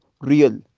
real